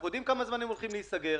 אנחנו יודעים כמה זמן הם הולכים להיסגר.